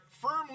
Firmly